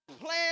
plan